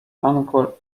uncle